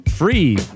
Free